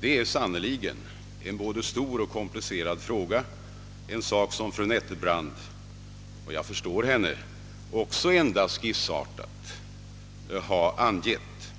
Det är sannerligen en både stor och komplicerad fråga, en sak som fru Nettelbrandt också endast skissartat har angivit.